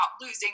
losing